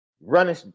running